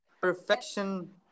perfection